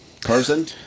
person